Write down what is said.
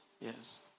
Yes